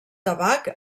tabac